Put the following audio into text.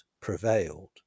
prevailed